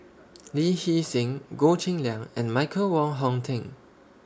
Lee Hee Seng Goh Cheng Liang and Michael Wong Hong Teng